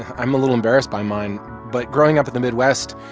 i'm a little embarrassed by mine but, growing up in the midwest,